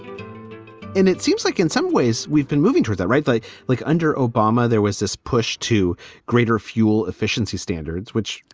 and it seems like in some ways we've been moving toward that, right? they like under obama. there was this push to greater fuel efficiency standards, which.